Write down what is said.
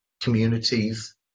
communities